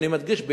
ואני מדגיש,